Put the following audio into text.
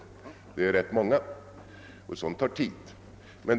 Det finns ju ganska många ensamstående föräldrar, och en sådan undersökning skulle alltså ta tid.